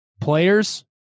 players